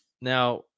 Now